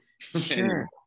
sure